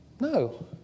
No